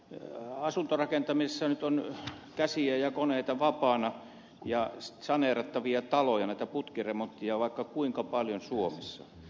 asuntorakentamisessa nyt on käsiä ja koneita vapaana ja saneerattavia taloja putkiremontteja on vaikka kuinka paljon suomessa